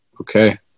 Okay